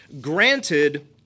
granted